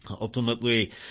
Ultimately